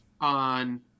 on